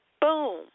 Boom